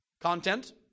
content